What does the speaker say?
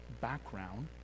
background